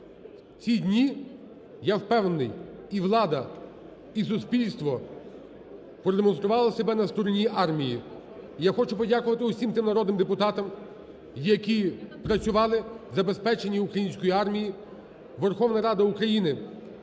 ці дні, я впевнений, і влада, і суспільство продемонстрували себе на стороні армії. Я хочу подякувати усім тим народним депутатам, які працювали в забезпеченні української армії. Верховна Рада України